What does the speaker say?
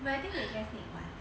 but I think hectic [one]